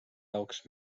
jaoks